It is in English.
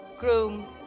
Groom